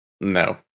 No